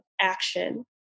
action